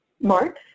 Mark